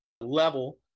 level